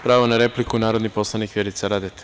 Pravo na repliku, narodni poslanik Vjerica Radeta.